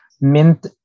mint